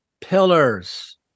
pillars